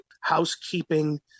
housekeeping